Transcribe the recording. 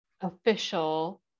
official